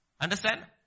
Understand